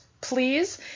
please